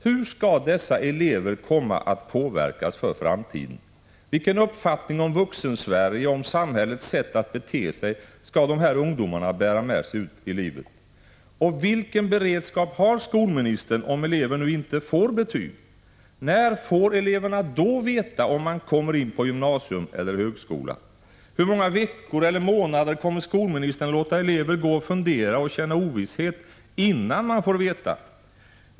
Hur skall dessa elever komma att påverkas för framtiden? Vilken uppfattning om Vuxensverige och om samhällets sätt att bete sig kommer dessa ungdomar att bära med sig ut i livet? Och vilket beredskap har skolministern om eleverna inte får betyg? När får eleverna då veta om de kommer in på gymnasium eller högskola? Hur många veckor eller månader kommer skolministern att låta eleverna gå och fundera och känna ovisshet, innan de får veta?